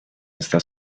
esta